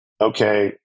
okay